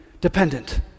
dependent